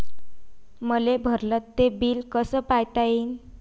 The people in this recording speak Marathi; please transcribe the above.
मले भरल ते बिल कस पायता येईन?